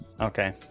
okay